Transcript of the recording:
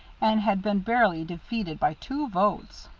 and had been barely defeated by two votes.